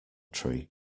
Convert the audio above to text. tree